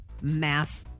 mass